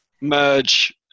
merge